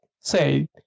say